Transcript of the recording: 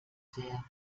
sehr